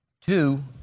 Two